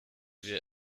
wir